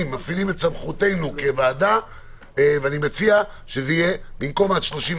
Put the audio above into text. הגבלת הפעילות עם התיקון